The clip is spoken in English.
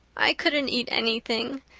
i couldn't eat anything.